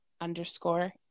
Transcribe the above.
underscore